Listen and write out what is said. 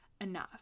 enough